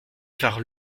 vinrent